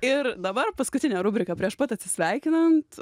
ir dabar paskutinė rubrika prieš pat atsisveikinant